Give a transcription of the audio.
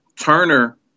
Turner